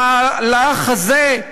המהלך הזה,